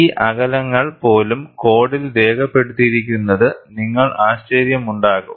ഈ അകലങ്ങൾ പോലും കോഡിൽ രേഖപ്പെടുത്തിയിരിക്കുന്നത് നിങ്ങൾ ആശ്ചര്യമുണ്ടാക്കും